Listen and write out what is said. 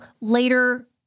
later